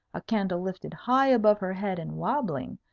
a candle lifted high above her head and wobbling,